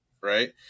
right